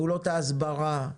פעולות ההסברה,